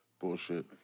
bullshit